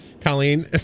Colleen